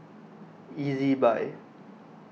Ezbuy